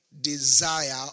desire